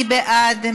מי בעד?